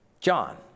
John